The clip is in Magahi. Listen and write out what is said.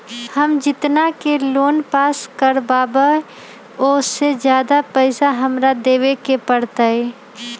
हम जितना के लोन पास कर बाबई ओ से ज्यादा पैसा हमरा देवे के पड़तई?